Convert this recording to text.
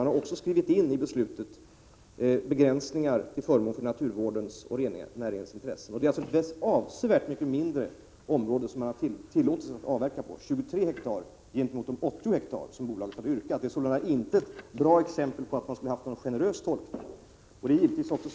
Man har också i beslutet skrivit in begränsningar till förmån för naturvården och rennäringen. Det är alltså ett avsevärt mycket mindre område som bolaget har tillåtits avverka på än vad som hade begärts — 23 hektar jämfört med 80 hektar. Detta är sålunda inte ett bra exempel på att man skulle ha givit beslutet någon generös tolkning.